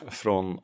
från